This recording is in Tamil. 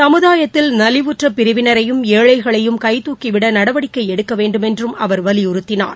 சமுதாயத்தில் நலிவுற்றபிரிவினரையும் ஏழைகளையும் கைதுக்கிவிடநடவடிக்கைஎடுக்கவேண்டுமென்றும் அவர் வலியுறுத்தினார்